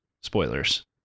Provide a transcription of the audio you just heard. spoilers